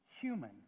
human